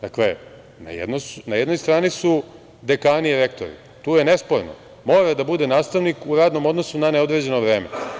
Dakle, na jednoj strani su dekani i rektori, tu je nesporno, mora da bude nastavnik u radnom odnosu na neodređeno vreme.